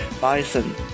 Bison